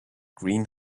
green